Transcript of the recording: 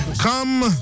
Come